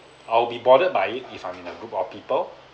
I'll be bothered by it if I'm in that group of people